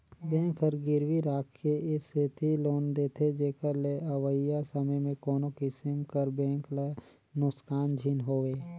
bank हर गिरवी राखके ए सेती लोन देथे जेकर ले अवइया समे में कोनो किसिम कर बेंक ल नोसकान झिन होए